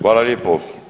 Hvala lijepo.